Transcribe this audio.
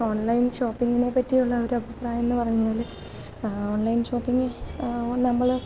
online ഷോപ്പിങ്ങിനെ പറ്റിയുള്ള ഒരഭിപ്രായം എന്ന് പറഞ്ഞാൽ ഓണ്ലൈന് ഷോപ്പിംഗ് ഓണ് നമ്മൾ